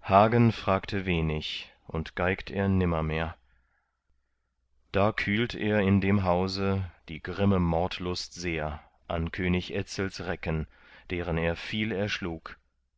hagen fragte wenig und geigt er nimmermehr da kühlt er in dem hause die grimme mordlust sehr an könig etzels recken deren er viel erschlug